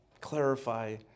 clarify